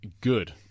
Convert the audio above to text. good